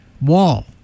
wall